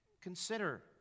Consider